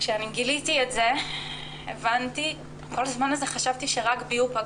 כשגיליתי את זה הבנתי שכל הזמן הזה חשבתי שרק בי הוא פגע,